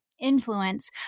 influence